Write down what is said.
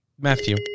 Matthew